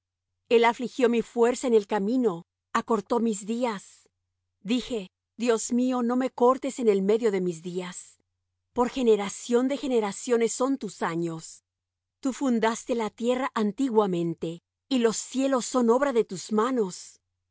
el afligió mi fuerza en el camino acortó mis días dije dios mío no me cortes en el medio de mis días por generación de generaciones son tus años tú fundaste la tierra antiguamente y los cielos son obra de tus manos